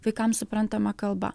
vaikams suprantama kalba